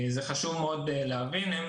חשוב מאוד להבין את זה.